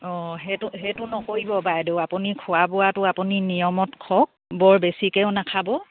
অঁ সেইটো সেইটো নকৰিব বাইদেউ আপুনি খোৱা বোৱাটো আপুনি নিয়মত খক বৰ বেছিকেও নাখাব